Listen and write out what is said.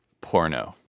porno